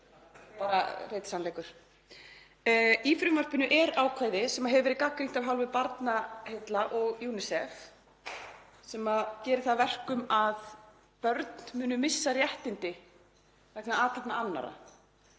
bara hreinn sannleikur. Í frumvarpinu er ákvæði sem hefur verið gagnrýnt af hálfu Barnaheilla og UNICEF sem gerir það að verkum að börn munu missa réttindi vegna athafna annarra.